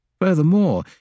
Furthermore